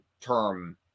term